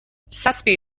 zazpi